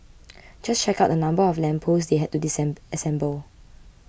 just check out the number of lamp posts they had to assemble